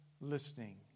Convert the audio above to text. listening